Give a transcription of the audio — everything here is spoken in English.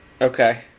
Okay